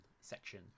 section